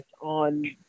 on